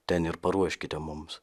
ten ir paruoškite mums